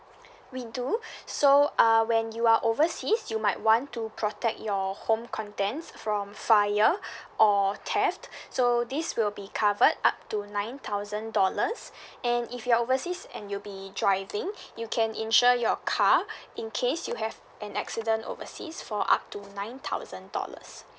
we do so uh when you are overseas you might want to protect your home contents from fire or theft so this will be covered up to nine thousand dollars and if you're overseas and you'll be driving you can insure your car in case you have an accident overseas for up to nine thousand dollars